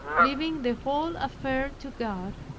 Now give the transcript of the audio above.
leaving the whole affair to god,